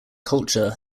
culture